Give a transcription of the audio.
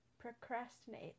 procrastinate